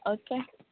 okay